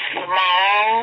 small